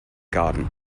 garden